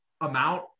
amount